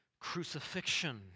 crucifixion